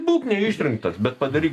būk neišrinktas bet padaryk